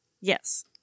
Yes